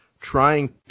trying